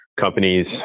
companies